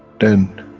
then,